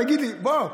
תגיד לי, בוא.